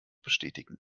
bestätigen